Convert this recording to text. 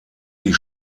die